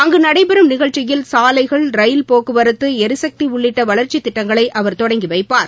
அங்கு நடைபெறும் நிகழ்ச்சியில் சாலைகள் ரயில் போக்கவரத்து எரிசக்தி உள்ளிட்ட வளர்ச்சித் திட்டங்களை அவர் தொடங்கிவைப்பார்